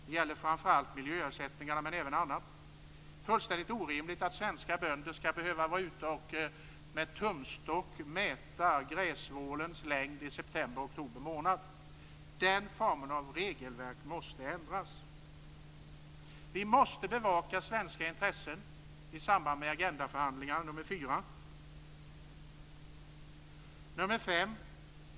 Det gäller framför allt miljöersättningarna men även annat. Det är fullständigt orimligt att svenska bönder skall behöva vara ute och med tumstock mäta grässvålens längd i september-oktober månad. Den formen av regelverk måste ändras. 4. Vi måste bevaka svenska intressen i samband med agendaförhandlingar. 5.